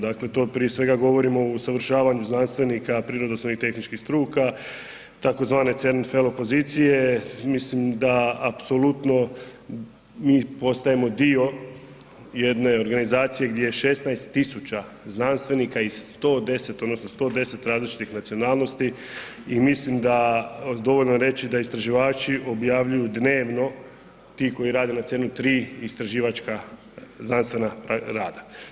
Dakle, to prije svega govorimo o usavršavanju znanstvenika prirodoslovnih tehničkih struka tzv. CERN fel pozicije, mislim da apsolutno mi postajemo dio jedne organizacije gdje 16000 znanstvenika i 110 odnosno 110 različitih nacionalnosti i mislim da, dovoljno je reći da istraživači objavljuju dnevno, ti koji rade na CERN-u, 3 istraživačka znanstvena rada.